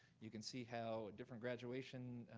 you can see how different graduation